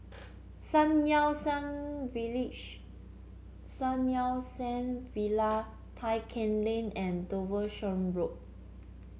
Sun Yat Sen Village Sun Yat Sen Villa Tai Keng Lane and Devonshire Road